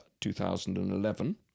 2011